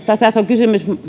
tässä on kysymys